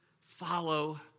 follow